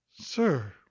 Sir